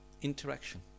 Interaction